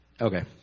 Okay